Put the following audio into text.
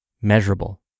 measurable